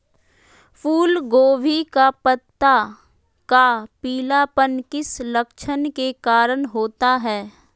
फूलगोभी का पत्ता का पीलापन किस लक्षण के कारण होता है?